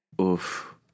Oof